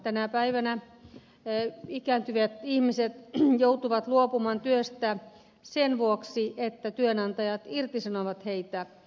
tänä päivänä ikääntyvät ihmiset joutuvat luopumaan työstä sen vuoksi että työnantajat irtisanovat heitä